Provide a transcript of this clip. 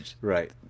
Right